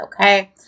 okay